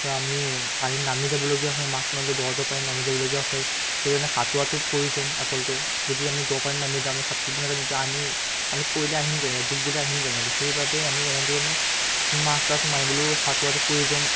আমি পানী নামি যাবলগীয়া হয় মাছ মাৰিবলৈ দ দ পানীত নামি যাবলগীয়া হয় সেইধৰণে সাঁতুৱাটো প্ৰয়োজন আচলতে যদি আমি দ পানী নামি যাওঁ আমি হাতত বনাই যাওঁ তেতিয়া আমি পানীত পৰিলে আহিম কেনেকৈ ডুব গ'লে আহিম কেনেকৈ সেইবাবে আমি এনেধৰণে মাছ চাছ মাৰিবলৈও সাঁতোৰাটো প্ৰয়োজন